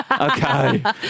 Okay